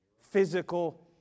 Physical